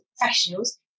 professionals